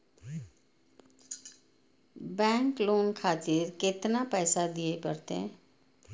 Bank loan खातीर केतना पैसा दीये परतें?